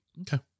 Okay